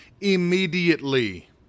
immediately